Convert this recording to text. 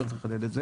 צריך לחדד את זה.